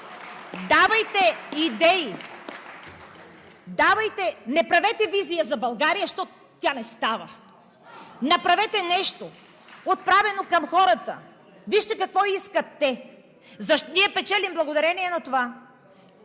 Давайте идеи! Не правете визия за България, защото тя не става! Направете нещо, отправено към хората. Вижте какво искат те! Ние печелим благодарение на това